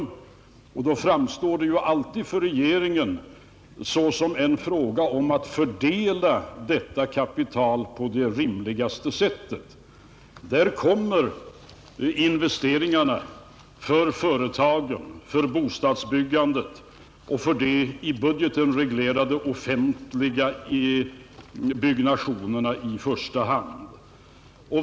För regeringen framstår det emellertid som ett problem hur tillgängligt kapital skall fördelas på det rimligaste sättet, och därvidlag kommer investeringarna för företagen, för bostadsbyggandet och för de i budgeten reglerade offentliga byggnationerna i första hand.